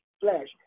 flesh